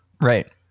right